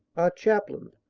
our chaplain,